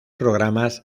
programas